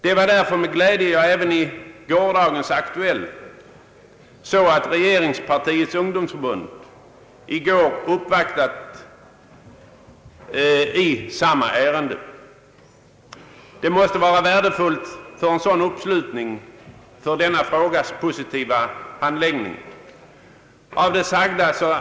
Det var därför med glädje jag även i gårdagens TV-aktuellt såg att regeringspartiets ungdomsförbund hade uppvaktat statsrådet Moberg i samma ärende. Det måste vara värdefullt med en sådan uppslutning för frågans positiva handläggning, ett dubbelt grepp så att säga.